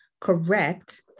correct